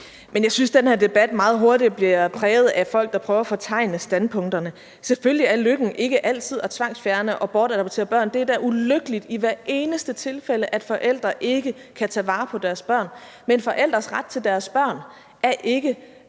Jeg synes, den her debat meget hurtigt bliver præget af folk, der prøver at fortegne standpunkterne. Selvfølgelig er lykken ikke altid at tvangsfjerne og bortadoptere børn – det er da ulykkeligt i hvert eneste tilfælde, at forældre ikke kan tage vare på deres børn. Men forældres ret til deres børn er ikke